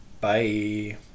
Bye